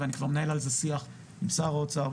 ואני כבר מנהל על זה שיח עם שר האוצר,